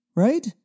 Right